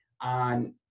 on